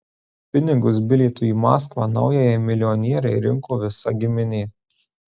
pinigus bilietui į maskvą naujajai milijonierei rinko visa giminė